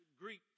Greek